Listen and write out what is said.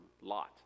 Lot